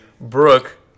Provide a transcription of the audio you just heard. Brooke